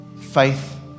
faith